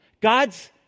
God's